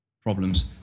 problems